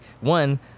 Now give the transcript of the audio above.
one